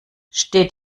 steht